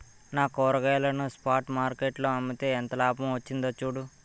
నా కూరగాయలను spot market లో అమ్మితే ఎంత లాభం వచ్చిందో చూడు